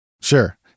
sure